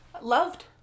Loved